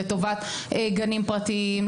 לטובת גנים פרטיים,